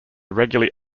regularly